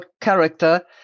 character